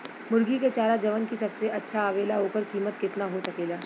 मुर्गी के चारा जवन की सबसे अच्छा आवेला ओकर कीमत केतना हो सकेला?